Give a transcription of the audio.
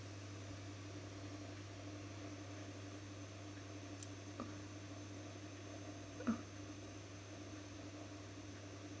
oh